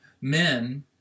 men